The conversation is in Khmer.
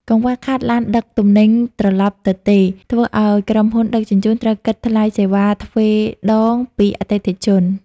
កង្វះខាត "ឡានដឹកទំនិញត្រឡប់ទទេ" ធ្វើឱ្យក្រុមហ៊ុនដឹកជញ្ជូនត្រូវគិតថ្លៃសេវាទ្វេដងពីអតិថិជន។